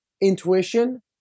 intuition